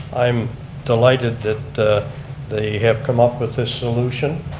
i'm delighted that they have come up with this solution.